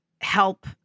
help